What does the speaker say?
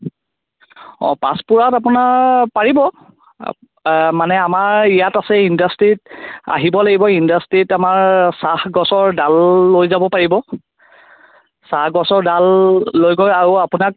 অ' পাঁচ পুৰাত আপোনাৰ পাৰিব মানে আমাৰ আছে ইয়াত ইণ্ডাষ্ট্ৰীত আহিব লাগিব ইণ্ডাষ্ট্ৰীত আমাৰ চাহ গছৰ ডাল লৈ যাব পাৰিব চাহ গছৰ ডাল লৈ গৈ আৰু আপোনাক